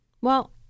Well-